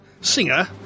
singer